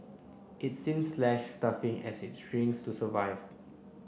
it's since slash staffing as it shrinks to survive